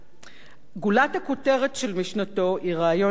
גולת הכותרת של משנתו היא רעיון ה"יובל",